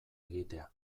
egitea